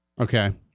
Okay